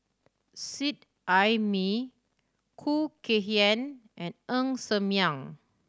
Seet Ai Mee Khoo Kay Hian and Ng Ser Miang